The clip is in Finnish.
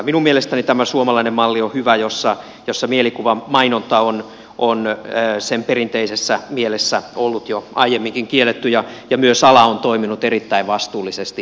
minun mielestäni on hyvä tämä suomalainen malli jossa mielikuvamainonta on sen perinteisessä mielessä ollut jo aiemminkin kielletty ja myös ala on toiminut erittäin vastuullisesti tässä